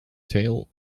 tail